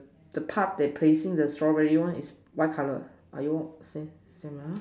the part that placing the strawberry one is white colour are yours same same ah